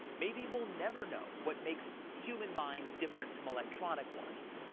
maybe we'll never know what makes human minds different from electronic ones.